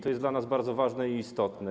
To jest dla nas bardzo ważne i istotne.